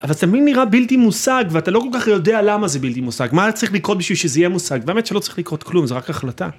אבל תמיד נראה בלתי מושג ואתה לא כל כך יודע למה זה בלתי מושג, מה צריך לקרות בשביל שזה יהיה מושג, באמת שלא צריך לקרות כלום זה רק החלטה.